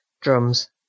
drums